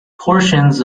portions